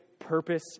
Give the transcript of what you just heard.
purpose